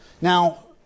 Now